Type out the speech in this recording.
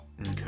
Okay